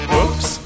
oops